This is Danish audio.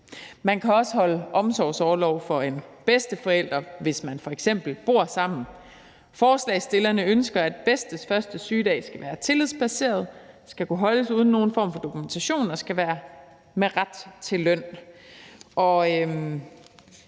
Man kan også holde omsorgsorlov for en bedsteforælder, hvis man f.eks. bor sammen. Forslagsstillerne ønsker, at bedstes første sygedag skal være tillidsbaseret, skal kunne holdes uden nogen form for dokumentation og skal være med ret til løn.